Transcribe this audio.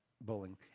bowling